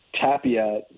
Tapia